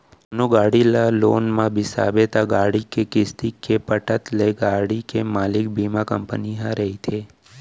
कोनो गाड़ी ल लोन म बिसाबे त गाड़ी के किस्ती के पटत ले गाड़ी के मालिक बीमा कंपनी ह रहिथे